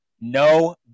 no